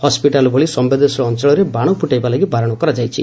hospital ଭଳି ସମ୍ୟେଦନଶୀଳ ଅଞ୍ଞଳରେ ବାଣ ଫୁଟାଇବା ଲାଗି ବାରଣ କରାଯାଇଛି